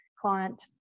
client